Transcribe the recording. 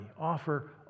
Offer